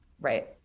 Right